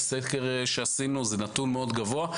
זה נתון מאוד גבוה.